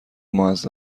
معذب